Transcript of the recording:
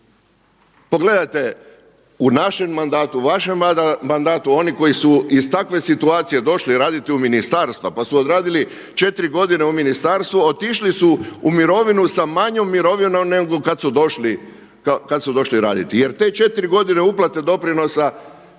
Pogledajte u našem mandatu, u vašem mandatu oni koji su iz takve situacije došli raditi u ministarstva pa su odradili 4 godine u ministarstvu, otišli su u mirovinu s manjom mirovinom nego kad su došli raditi, jer te 4 godine uplate doprinosa